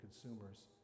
consumers